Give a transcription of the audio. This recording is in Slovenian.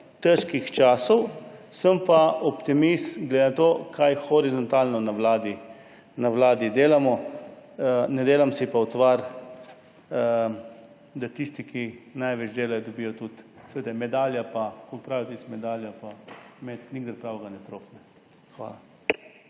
težkih časov. Sem pa optimist glede na to, kaj horizontalno na vladi delamo. Ne delam si pa utvar, da tisti, ki največ delajo, dobijo tudi medaljo. Kot pravijo: Medalja pa metek nikdar pravega ne trofne. Hvala.